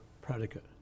predicate